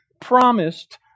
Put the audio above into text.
promised